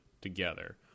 together